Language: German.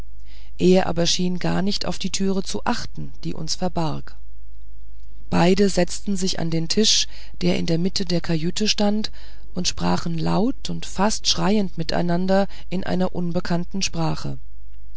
er aber schien gar nicht auf die türe zu achten die uns verbarg beide setzten sich an den tisch der in der mitte der kajüte stand und sprachen laut und fast schreiend miteinander in einer unbekannten sprache